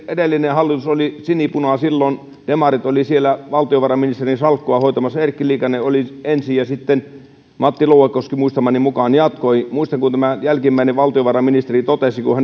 edellinen hallitus oli sinipuna silloin demarit olivat siellä valtiovarainministerin salkkua hoitamassa erkki liikanen oli ensin ja sitten matti louekoski muistamani mukaan jatkoi muistan että kun tältä jälkimmäiseltä valtiovarainministeriltä